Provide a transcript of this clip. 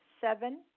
seven